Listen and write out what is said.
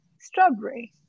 strawberry